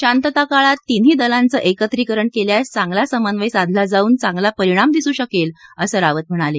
शांतता काळात तिन्ही दलांचं एकत्रीकरण केल्यास चांगला समन्वय साधला जाऊन चांगला परिणाम दिसू शकेल असं रावत म्हणाले